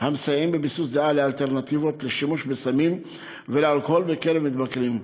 המסייעים בביסוס דעה לאלטרנטיבות לשימוש בסמים ואלכוהול בקרב מתבגרים.